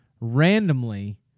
randomly